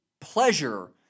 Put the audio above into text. pleasure